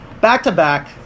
back-to-back